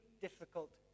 difficult